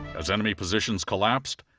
as enemy positions collapsed,